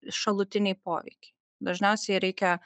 šalutiniai poveikiai dažniausiai reikia